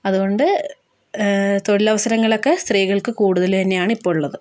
അതുകൊണ്ട് തൊഴിലവസരങ്ങളൊക്കെ സ്ത്രീകൾക്ക് കൂടുതൽ തന്നെയാണ് ഇപ്പോൾ ഉള്ളത്